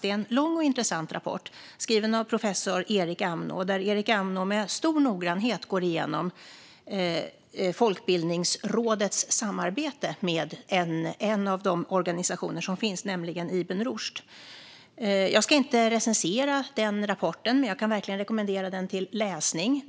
Det är en lång och intressant rapport skriven av professor Erik Amnå, där Erik Amnå med stor noggrannhet går igenom Folkbildningsrådets samarbete med en av organisationerna, nämligen Ibn Rushd. Jag ska inte recensera rapporten, men jag kan verkligen rekommendera den till läsning.